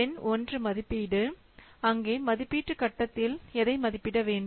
எண் ஒன்று மதிப்பீடு அங்கே மதிப்பீட்டு கட்டத்தில் எதை மதிப்பிட வேண்டும்